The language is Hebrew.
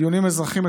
דיונים אזרחיים,